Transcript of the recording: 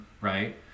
right